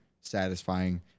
satisfying